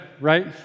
right